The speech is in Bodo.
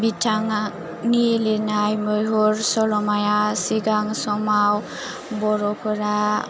बिथाङानि लिरनाय मैहुर सल'माया सिगां समाव बर'फोरा